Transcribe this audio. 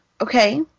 Okay